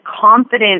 confident